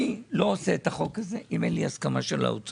אני לא עושה את החוק הזה אם אין לי הסכמה של האוצר.